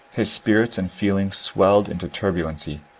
his spirits and feelings swelled into turbulency,